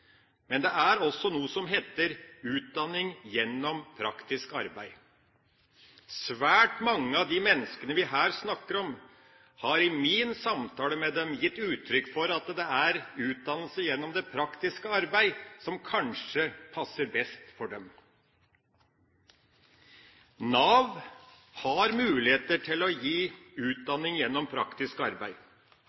Men det er også noe som heter utdanning gjennom praktisk arbeid. Svært mange av de menneskene vi her snakker om, har i samtale med meg gitt uttrykk for at det er utdannelse gjennom praktisk arbeid som kanskje passer best for dem. Nav har mulighet til å gi utdanning gjennom praktisk arbeid.